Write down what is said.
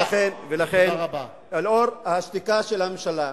ולכן, לאור השתיקה של הממשלה,